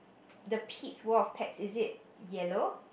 the Pete's World of Pet is it yellow